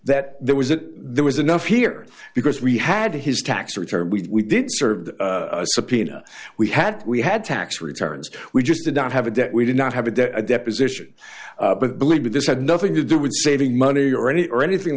that there was that there was enough here because we had his tax return we did serve a subpoena we had we had tax returns we just did not have a debt we did not have a deposition but believe me this had nothing to do with saving money or any or anything